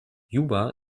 juba